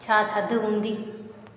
छा थधि हूंदी